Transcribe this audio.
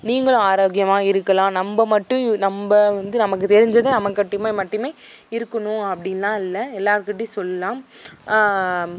நீங்களும் ஆரோக்கியமாக இருக்கலாம் நம்ம மட்டும் நம்ம வந்து நமக்கு தெரிஞ்சதை நமக்காட்டியுமே மட்டும் இருக்கணும் அப்படின்லாம் இல்லை எல்லார்கிட்டேயும் சொல்லலாம்